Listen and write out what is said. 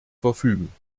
verfügen